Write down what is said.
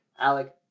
alec